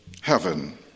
heaven